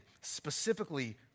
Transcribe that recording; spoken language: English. specifically